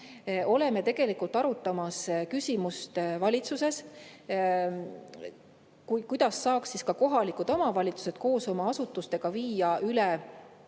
siin teha? Arutame küsimust valitsuses, kuidas saaks ka kohalikud omavalitsused koos oma asutustega viia üle